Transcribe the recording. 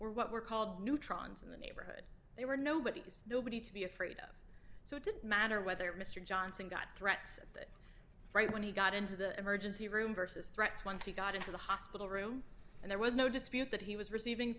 were what were called neutrons in the neighborhood they were nobodies nobody to be afraid of so it didn't matter whether mr johnson got threats at that right when he got into the emergency room versus threats once he got into the hospital room and there was no dispute that he was receiving